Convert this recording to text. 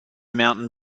mountain